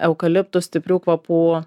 eukaliptų stiprių kvapų